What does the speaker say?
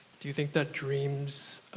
do you think that dreams